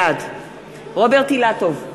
בעד רוברט אילטוב,